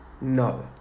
No